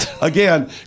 Again